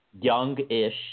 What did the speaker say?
young-ish